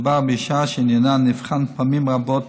מדובר באישה שעניינה נבחן פעמים רבות,